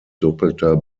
doppelter